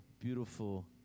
beautiful